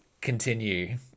continue